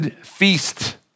feast